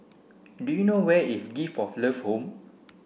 do you know where is Gift of Love Home